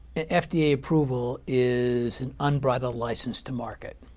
an fda approval is an unbridled license to market.